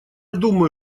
думаю